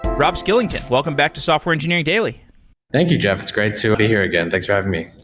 rob skillington, welcome back to software engineering daily thank you, jeff. it's great to be here again. thanks for having me.